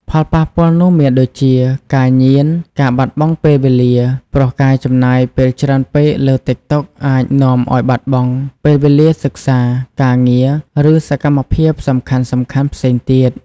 ផលប៉ះពាល់នោះមានដូចជា ការញៀន និងបាត់បង់ពេលវេលា ព្រោះការចំណាយពេលច្រើនពេកលើតិកតុកអាចនាំឱ្យបាត់បង់ពេលវេលាសិក្សា ការងារ ឬសកម្មភាពសំខាន់ៗផ្សេងទៀត។